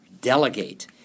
delegate